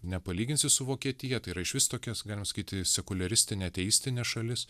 nepalyginsi su vokietija tai yra išvis tokia galima sakyti sekuliaristinė ateistinė šalis